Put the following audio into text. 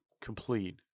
complete